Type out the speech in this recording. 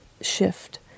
shift